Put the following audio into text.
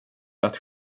att